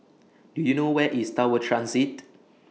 Do YOU know Where IS Tower Transit